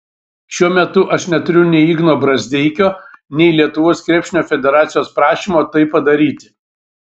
šiuo metu aš neturiu nei igno brazdeikio nei lietuvos krepšinio federacijos prašymo tai padaryti